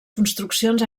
construccions